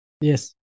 Yes